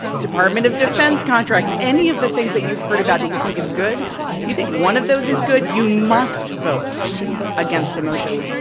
department of defense contracts any of the things that you've heard about that you think is good you think one of those is good, you must vote against the motion.